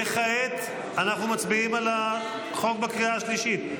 כעת אנחנו מצביעים על החוק בקריאה השלישית.